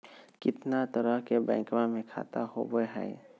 कितना तरह के बैंकवा में खाता होव हई?